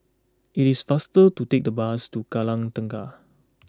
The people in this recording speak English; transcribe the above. it is faster to take the bus to Kallang Tengah